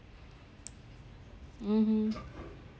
mmhmm